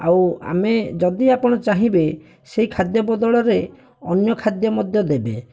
ଆଉ ଆମେ ଯଦି ଆପଣ ଚାହିଁବେ ସେହି ଖାଦ୍ୟ ବଦଳରେ ଅନ୍ୟ ଖାଦ୍ୟ ମଧ୍ୟ ଦେବେ